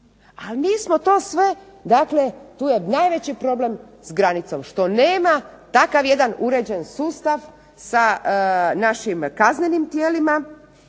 vlastitom državljaninu. Tu je najveći problem s granicom, što nema takav jedan uređen sustav sa našim kaznenim tijelima